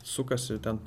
sukasi ten